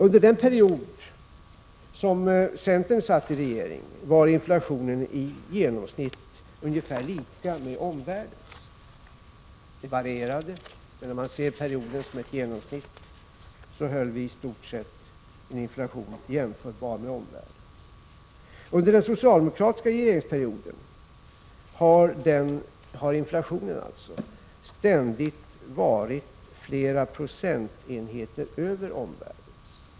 Under den period som centern satt i regering var inflationen i genomsnitt ungefär lika med omvärldens. Den varierade, men om man ser till genomsnittet under perioden, höll vi i stort sett en inflation jämförbar med omvärldens. Under den socialdemokatiska regeringsperioden har inflationen ständigt varit flera procentenheter över omvärldens.